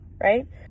right